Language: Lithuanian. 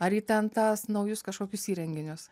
ar į ten tas naujus kažkokius įrenginius